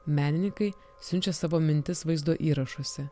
menininkai siunčia savo mintis vaizdo įrašuose